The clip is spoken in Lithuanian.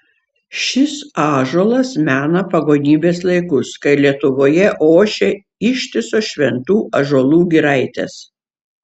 šis ąžuolas mena pagonybės laikus kai lietuvoje ošė ištisos šventų ąžuolų giraitės